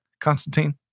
Constantine